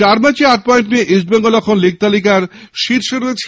চার ম্যাচে আট পয়েন্ট নিয়ে ইস্টবেঙ্গল এখন লীগ তালিকার শীর্ষে রয়েছে